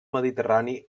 mediterrani